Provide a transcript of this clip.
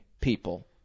people